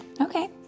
Okay